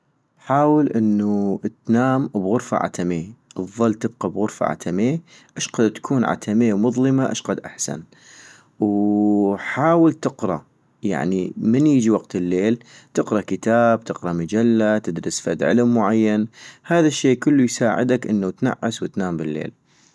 حاول انو تنام بغرفة عتمي، اتضل تبقى بغرفة عتمي ، اشقد تكون عتمي ومظلمة اشقد احسن - ووحاول تقرا ، يعني من يجي وقت الليل تقرا كتاب تقرا مجلة تدرس فد علم معين ، هذا الشي كلو يساعدك انو تنعس وتنام بالليل